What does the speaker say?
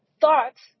Thoughts